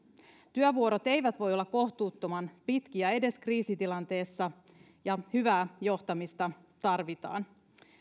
työvuorot eivät voi olla kohtuuttoman pitkiä edes kriisitilanteessa ja hyvää johtamista tarvitaan